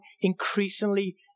increasingly